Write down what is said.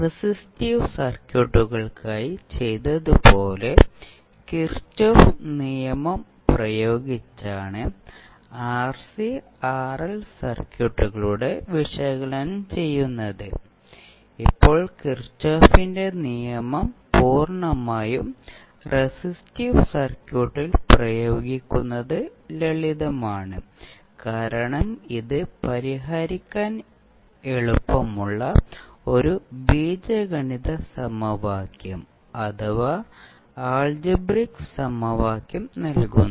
resistive സർക്യൂട്ടുകൾക്കായി ചെയ്തതുപോലെ Kirchhoff's നിയമം പ്രയോഗിച്ചാണ് ആർസി ആർഎൽ സർക്യൂട്ടുകളുടെ വിശകലനം ചെയ്യുന്നത് ഇപ്പോൾ കിർചോഫിന്റെ നിയമം പൂർണ്ണമായും റെസിസ്റ്റീവ് സർക്യൂട്ടിൽ പ്രയോഗിക്കുന്നത് ലളിതമാണ് കാരണം ഇത് പരിഹരിക്കാൻ എളുപ്പമുള്ള ഒരു ബീജഗണിത സമവാക്യം അഥവാ ആൾജിബ്രയ്ക് സമവാക്യം നൽകുന്നു